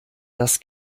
das